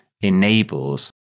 enables